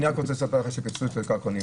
אני רק רוצה לספר לך שפיצלו את ברכת כוהנים,